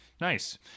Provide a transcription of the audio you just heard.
nice